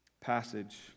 passage